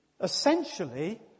Essentially